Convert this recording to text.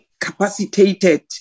capacitated